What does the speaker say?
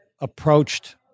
approached